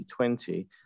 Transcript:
2020